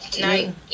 Night